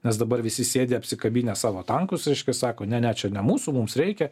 nes dabar visi sėdi apsikabinę savo tankus reiškia sako ne ne čia ne mūsų mums reikia